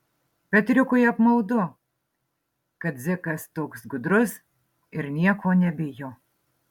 petriukui apmaudu kad dzikas toks gudrus ir nieko nebijo